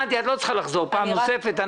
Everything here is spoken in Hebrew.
את לא צריכה לחזור פעם נוספת,